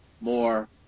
more